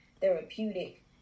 therapeutic